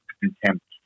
contempt